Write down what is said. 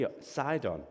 Sidon